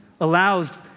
allows